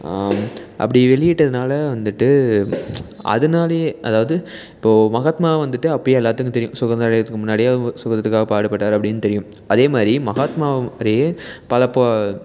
அப்படி வெளியிட்டதுனால் வந்துட்டு அதனாலயே அதாவது இப்போது மாகாத்மா வந்துட்டு அப்போயே எல்லாத்துக்கும் தெரியும் சுதந்திரம் அடைகிறதுக்கு முன்னாடியே அவு சுதந்தரத்துக்காக பாடுப்பட்டார் அப்படின்னு தெரியும் அதேமாதிரி மகாத்மா மாதிரியே பல போ